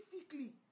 specifically